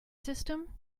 system